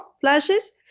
flashes